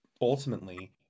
ultimately